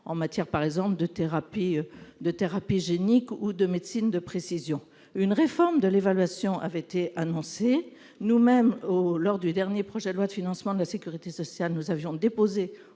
en matière, par exemple, de thérapie génique ou de médecine de précision. Une réforme de l'évaluation avait été annoncée. Nous-mêmes, lors de la discussion du dernier projet de loi de financement de la sécurité sociale, nous avions déposé,